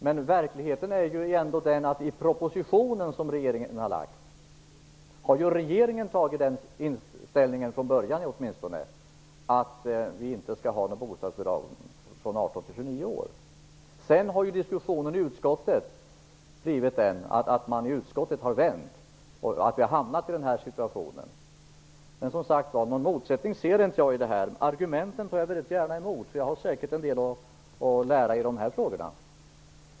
Men verkligheten är ändå att regeringen i den proposition som lagts fram åtminstone från början har den inställningen att vi inte skall ha något bostadsbidrag för ungdomar i åldern 18-29 år. Sedan har diskussionen i utskottet gjort att utskottet har vänt och att vi hamnat i denna situation. Jag ser som sagt inte någon motsättning i detta. Jag tar väldigt gärna emot argumenten. Jag har säkert en del att lära i dessa frågor.